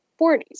40s